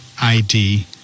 ID